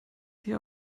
sie